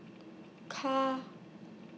Ka